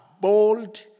bold